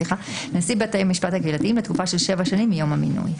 לנשיא בתי המשפט הקהילתיים לתקופה של 7 שנים מיום המינוי.